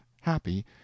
happy